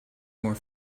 more